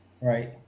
Right